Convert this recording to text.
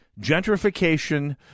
gentrification